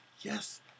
Yes